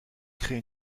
crée